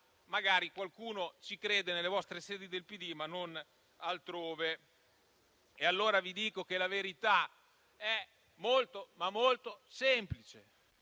Magari qualcuno ci crede nelle vostre sedi del PD, ma non altrove. Allora vi dico che la verità è davvero molto semplice